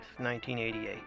1988